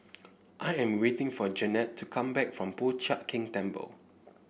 I am waiting for Jannette to come back from Po Chiak Keng Temple